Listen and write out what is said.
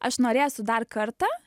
aš norėsiu dar kartą